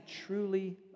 truly